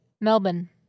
Melbourne